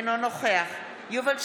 אינו נוכח יובל שטייניץ,